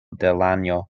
delanjo